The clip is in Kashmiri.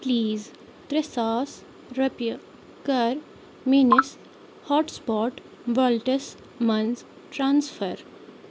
پِلیٖز ترٛےٚ ساس رۄپیہِ کَر میٛٲنِس ہاٹ سٕپاٹ والِٹٮ۪س منٛز ٹرٛانٕسفَر